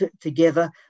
together